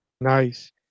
nice